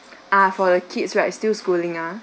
ah for the kids right still schooling ah